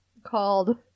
Called